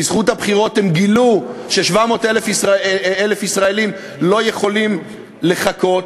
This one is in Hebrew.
בזכות הבחירות הם גילו ש-700,000 ישראלים לא יכולים לחכות.